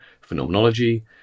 phenomenology